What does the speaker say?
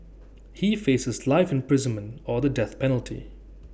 he faces life imprisonment or the death penalty